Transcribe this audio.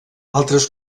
altres